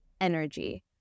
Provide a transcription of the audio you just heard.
energy